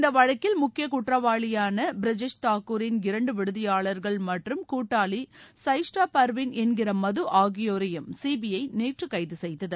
இந்த வழக்கில் முக்கிய குற்றவாளியான பிரஜேஸ் தாக்கூரின் இரண்டு விடுதியாளர்கள் மற்றும் கூட்டாளி சைஷ்ட்டா பர்வீன் என்கிற மது ஆகியோரையும் சிபிஐ நேற்று கைது செய்தது